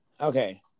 okay